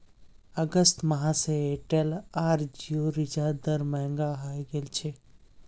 अगस्त माह स एयरटेल आर जिओर रिचार्ज दर महंगा हइ गेल छेक